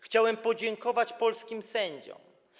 Chciałem podziękować polskim sędziom.